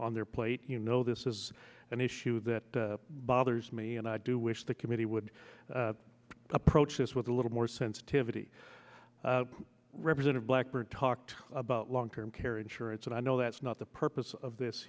on their plate you know this is an issue that bothers me and i do wish the committee would approach this with a little more sensitivity represented blackburn talked about long term care insurance and i know that's not the purpose of this